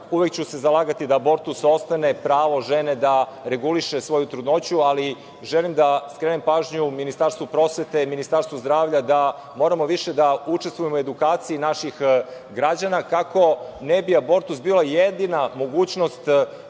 uvek ću se zalagati da abortus ostane pravo žene da reguliše svoju trudnoću, ali želim da skrenem pažnju Ministarstvu prosvete, Ministarstvu zdravlja, da moramo više da učestvujemo u edukaciji naših građana, kako ne bi abortus bila jedina mogućnost